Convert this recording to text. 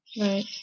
Right